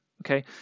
Okay